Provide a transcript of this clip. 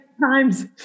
times